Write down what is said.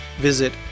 visit